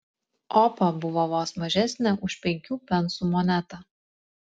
opa buvo vos mažesnė už penkių pensų monetą